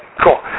Cool